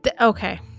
Okay